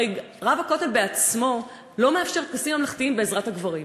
הרי רב הכותל בעצמו לא מאפשר טקסים ממלכתיים בעזרת הגברים,